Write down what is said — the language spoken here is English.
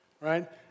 right